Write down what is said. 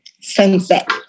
Sunset